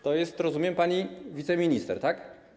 To jest, rozumiem, pani wiceminister, tak?